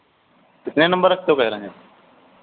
कितने नंबर रखते हो कह रहे हैं